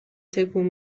تکون